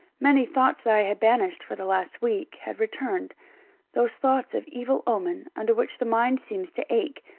many thoughts that i had banished for the last week had returned those thoughts of evil omen under which the mind seems to ache,